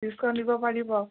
discount দিব পাৰিব